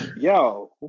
yo